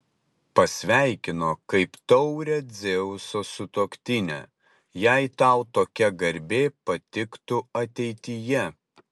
pasveikino kaip taurią dzeuso sutuoktinę jei tau tokia garbė patiktų ateityje